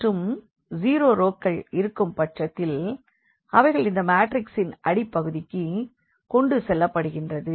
மற்றும் ஜீரோ ரோக்கள் இருக்கும் பட்சத்தில் அவைகள் இந்த மாற்றிக்ஸின் அடிப்பகுதிக்கு கொண்டுசெல்லப்படுகின்றது